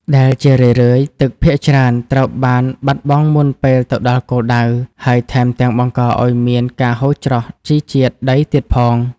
ដែលជារឿយៗទឹកភាគច្រើនត្រូវបានបាត់បង់មុនពេលទៅដល់គោលដៅ ហើយថែមទាំងបង្កឱ្យមានការហូរច្រោះជីជាតិដីទៀតផង។